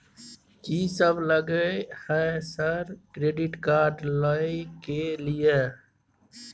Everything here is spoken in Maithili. कि सब लगय हय सर क्रेडिट कार्ड लय के लिए?